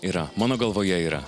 yra mano galvoje yra